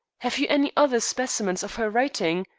have you any other specimens of her writing?